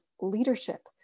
leadership